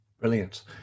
Brilliant